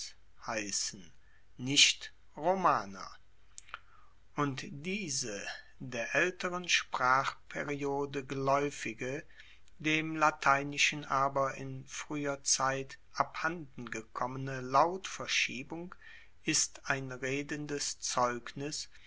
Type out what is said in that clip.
heissen nicht romaner und diese der aelteren sprachperiode gelaeufige dem lateinischen aber in frueher zeit abhanden gekommene lautverschiebungen ist ein redendes zeugnis